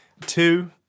two